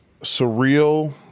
surreal